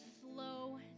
slow